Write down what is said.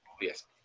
Yes